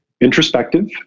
introspective